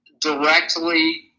directly